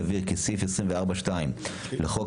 נבהיר כי סעיף 24(ב) לחוק,